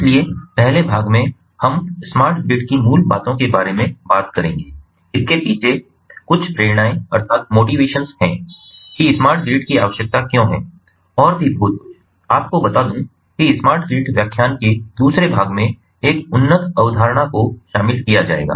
इसलिए पहले भाग में हम स्मार्ट ग्रिड की मूल बातों के बारे में बात करेंगे इसके पीछे कुछ प्रेरणाएँ हैं कि स्मार्ट ग्रिड की आवश्यकता क्यों है और भी बहुत कुछ आप को बता दूँ कि स्मार्ट ग्रिड व्याख्यान के दूसरे भाग में एक उन्नत अवधारणा को शामिल किया जाएगा